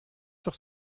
sur